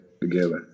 together